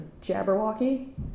Jabberwocky